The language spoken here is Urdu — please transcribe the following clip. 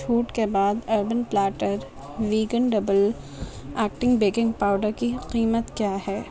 چھوٹ کے بعد urban platter vegan double acting baking powder کی قیمت کیا ہے